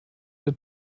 der